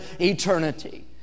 eternity